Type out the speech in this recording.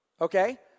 okay